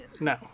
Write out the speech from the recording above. No